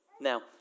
Now